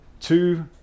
two